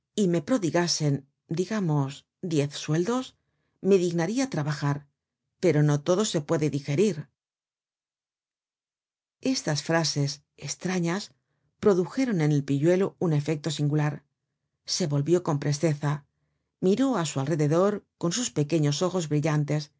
y me prodigasen digamos diez sueldos me dignaria trabajar pero no todo se puede digerir estas frases estrañas produjeron en el pilluelo un efecto singular se volvió con presteza miró á su alrededor con sus pequeños ojos brillantes